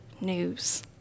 news